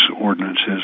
ordinances